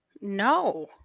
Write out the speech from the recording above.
no